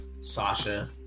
Sasha